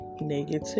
negative